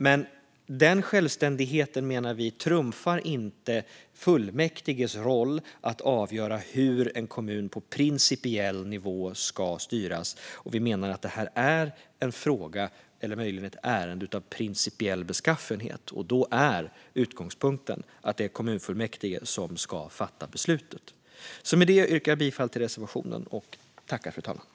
Men den självständigheten, menar vi, trumfar inte fullmäktiges roll när det gäller att avgöra hur en kommun på principiell nivå ska styras. Vi menar att det här är en fråga, eller möjligen ett ärende, av principiell beskaffenhet. Då är utgångspunkten att det är kommunfullmäktige som ska fatta beslutet. Med detta yrkar jag alltså bifall till reservationen.